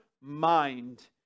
mind